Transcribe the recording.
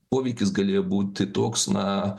poveikis galėjo būti toks na